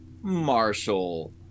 Marshall